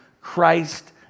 christ